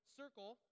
circle